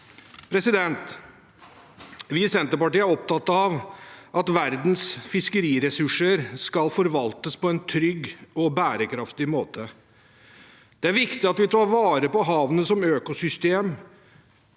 fiske. Vi i Senterpartiet er opptatt av at verdens fiskeriressurser skal forvaltes på en trygg og bærekraftig måte. Det er viktig at vi tar vare på havene som økosystem.